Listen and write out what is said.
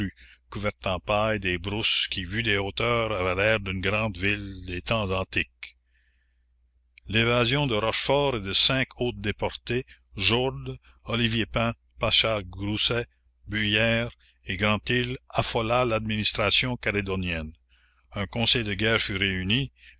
couvertes en paille des brousses qui vues des hauteurs avaient l'air d'une grande ville des temps antiques l'évasion de rochefort et de cinq autres déportés jourde olivier pain paschal grousset bullière et granthille affola l'administration calédonienne un conseil de guerre fut réuni